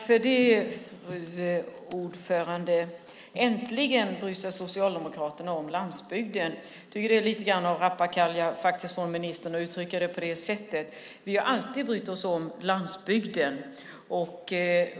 Fru talman! Äntligen bryr sig Socialdemokraterna om landsbygden, sade näringsministern. Jag tycker att det är lite av rappakalja att ministern uttrycker sig på det sättet. Vi har alltid brytt oss om landsbygden.